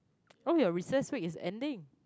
oh your recess week is ending